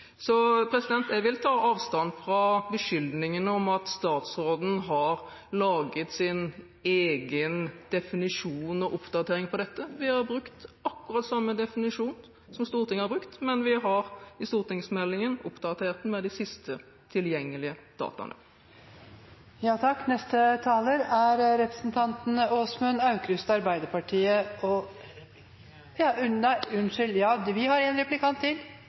Så jeg vil ta avstand fra beskyldningen om at statsråden har laget sin egen definisjon og oppdatering på dette. Vi har brukt akkurat samme definisjon som Stortinget har brukt, men vi har oppdatert stortingsmeldingen med de siste tilgjengelige dataene. Statsrådens svar på representanten Eidsvoll Holmås’ spørsmål var ganske illevarslende. Er det slik å forstå at når det nå er helt klart at Stortinget kommer til